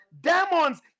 Demons